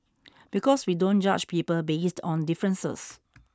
because we don't judge people based on differences